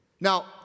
Now